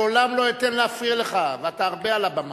לעולם לא אתן להפריע לך, ואתה הרבה על הבמה.